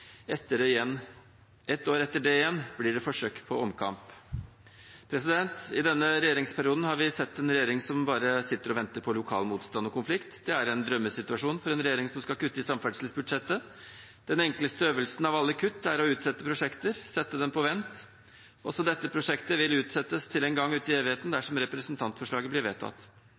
etter det igjen blir det forsøk på omkamp. I denne regjeringsperioden har vi sett en regjering som bare sitter og venter på lokal motstand og konflikt. Det er en drømmesituasjon for en regjering som skal kutte i samferdselsbudsjettet. Den enkleste øvelsen av alle kutt er å utsette prosjekter, sette dem på vent. Også dette prosjektet vil utsettes til en gang ut i evigheten dersom representantforslaget blir vedtatt.